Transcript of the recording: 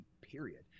period